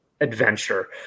adventure